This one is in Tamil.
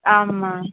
ஆமாம்